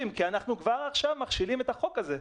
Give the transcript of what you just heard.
כי אנחנו כבר עכשיו מכשילים את החוק הזה.